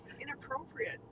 inappropriate